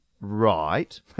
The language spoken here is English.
right